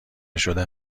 شده